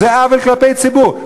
זה עוול כלפי ציבור.